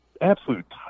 absolute